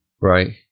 Right